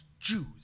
Jews